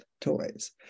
toys